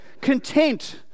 content